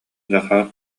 захар